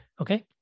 Okay